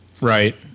Right